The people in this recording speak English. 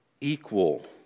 equal